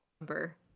number